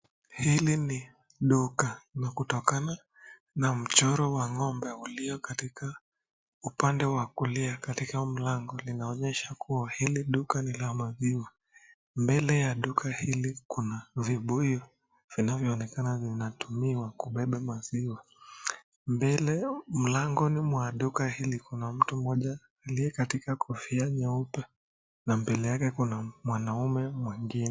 Hili ni duka na kutokana na mchoro wa ng'ombe ulio katika upande wa kulia katika mlango linaonyesha kuwa hili duka ni la maziwa. Mbele ya duka hili kuna vibuyu vinavyoonekana vinatumiwa kubeba maziwa. Mbele mlangoni mwa duka hili kuna mtu mmoja aliye katika kofia nyeupe na mbele yake kuna mwanaume mwingine.